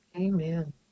Amen